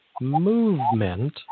movement